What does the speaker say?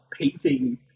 painting